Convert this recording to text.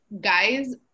guys